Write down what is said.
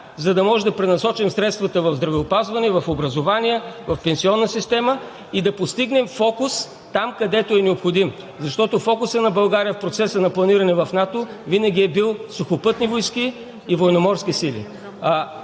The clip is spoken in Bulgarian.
за да можем да пренасочим средствата в здравеопазване, в образование, в пенсионна система и да постигнем фокус там, където е необходим. Защото фокусът на България в процеса на планиране в НАТО винаги е бил Сухопътни войски и Военноморски сили.